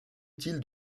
utile